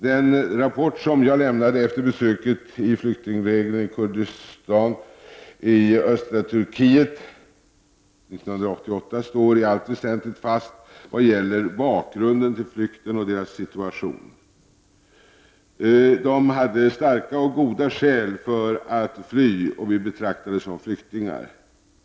Den rapport som jag lämnade efter ett besök i flyktinglägren i Kurdistan i östra Turkiet 1988 står i allt väsentligt fast vad gäller bakgrunden till flykten och deras situation. Kurderna hade starka och goda skäl för att fly och bli betraktade som flyktingar.